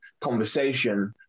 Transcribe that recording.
conversation